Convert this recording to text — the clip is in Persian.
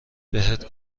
بهت